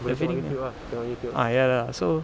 fe~ feeling lah ah ya lah so